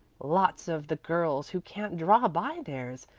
lots of the girls who can't draw buy theirs,